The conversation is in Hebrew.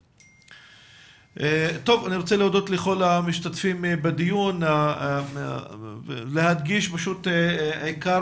אני רוצה להודות לכל המשתתפים בדיון ולהדגיש את עיקר